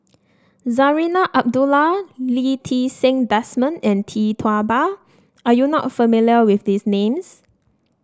Zarinah Abdullah Lee Ti Seng Desmond and Tee Tua Ba are you not familiar with these names